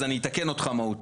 אז אני אתקן אותך מהותית.